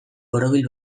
borobil